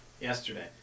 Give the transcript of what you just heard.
yesterday